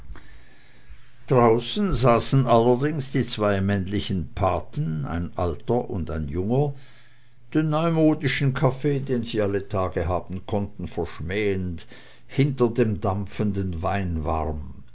draußen saßen allerdings die zwei männlichen paten ein alter und ein junger den neumodischen kaffee den sie alle tage haben konnten verschmähend hinter dem dampfenden